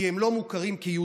כי הם לא מוכרים כיהודים,